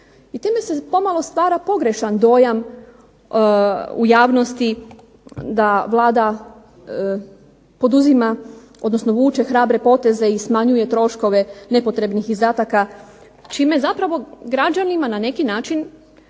I time se pomalo stvara pogrešan dojam u javnosti da Vlada poduzima, odnosno vuče hrabre poteze i smanjuje troškove nepotrebnih izdataka čime je zapravo građanima na neki način